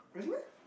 really meh